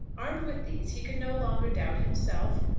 armed with these he could no longer doubt himself,